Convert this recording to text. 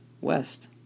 west